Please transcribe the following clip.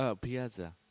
Piazza